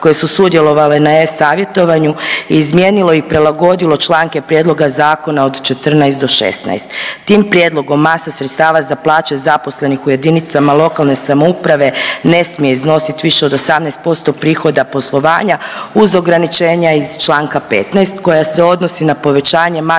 koje su sudjelovale na e-savjetovanju i izmijenilo i prilagodilo članke prijedloga zakona od 14. do 16. Tim prijedlogom masa sredstava za plaća zaposlenih u jedinicama lokalne samouprave ne smije iznositi više od 18% prihoda poslovanja uz ograničenja iz Članka 15. koja se odnosi na povećanje mase sredstava